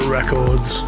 Records